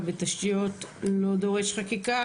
אבל בתשתיות לא דורש חקיקה.